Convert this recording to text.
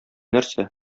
нәрсә